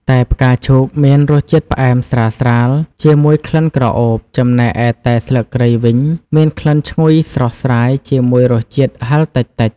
តែផ្កាឈូកមានរសជាតិផ្អែមស្រាលៗ ជាមួយក្លិនក្រអូប ចំណែកឯតែស្លឹកគ្រៃវិញមានក្លិនឈ្ងុយស្រស់ស្រាយជាមួយរសជាតិហិរតិចៗ។